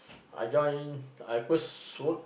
I join I first work